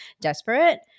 desperate